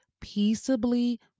peaceably